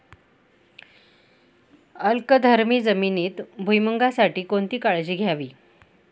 अल्कधर्मी जमिनीत भुईमूगासाठी कोणती काळजी घ्यावी?